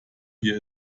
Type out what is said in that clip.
hier